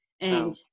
And-